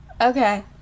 Okay